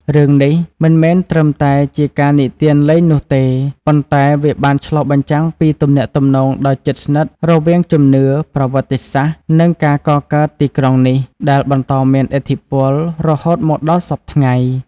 រឿងនេះមិនមែនត្រឹមតែជាការនិទានលេងនោះទេ ប៉ុន្តែវាបានឆ្លុះបញ្ចាំងពីទំនាក់ទំនងដ៏ជិតស្និទ្ធរវាងជំនឿ ប្រវត្តិសាស្ត្រ និងការកកើតទីក្រុងនេះ ដែលបន្តមានឥទ្ធិពលរហូតមកដល់សព្វថ្ងៃ។